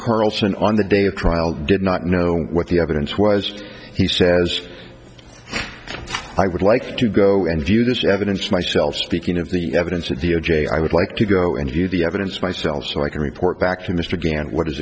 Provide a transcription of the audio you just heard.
carlson on the day of trial did not know what the evidence was he says i would like to go and view this evidence myself speaking of the evidence of the o j i would like to go and use the evidence myself so i can report back to mr gant what is